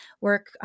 work